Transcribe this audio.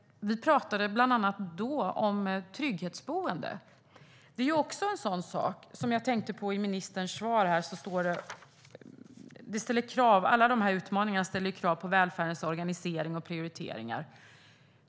Vid den debatten talade vi bland annat om trygghetsboenden. Det är också någonting jag tänkte på när jag hörde det ministern sa om att alla dessa utmaningar ställer krav på välfärdens organisering och prioriteringar.